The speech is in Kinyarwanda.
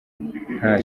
nta